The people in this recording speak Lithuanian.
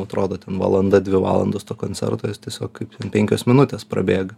atrodo ten valanda dvi valandos to koncerto jis tiesiog kaip penkios minutės prabėga